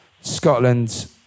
Scotland